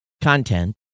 content